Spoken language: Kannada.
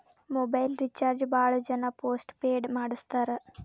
ಮೊಬೈಲ್ ರಿಚಾರ್ಜ್ ಭಾಳ್ ಜನ ಪೋಸ್ಟ್ ಪೇಡ ಮಾಡಸ್ತಾರ